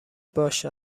باش